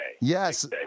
Yes